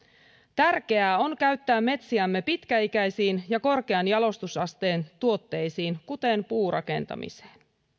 tärkeää on käyttää metsiämme pitkäikäisiin ja korkean jalostusasteen tuotteisiin kuten puurakentamiseen